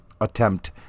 attempt